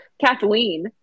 Kathleen